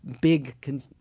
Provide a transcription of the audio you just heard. big